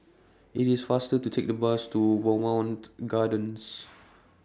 IT IS faster to Take The Bus to Bowmont Gardens